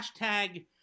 hashtag